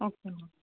okay ma'am